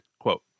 Quote